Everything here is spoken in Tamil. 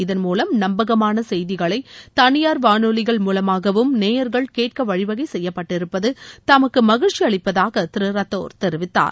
இதன்மூலம் நம்பகமான செய்திகளை தனியார் வானொலிகள் மூலமாகவும் நேயர்கள் கேட்கவழிவகை செய்யப்பட்டிருப்பது தமக்கு மகிழ்ச்சி அளிப்பதாக திரு ரத்தோர் தெரிவித்தார்